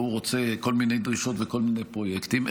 והוא רוצה כל מיני דרישות וכל מיני פרויקטים,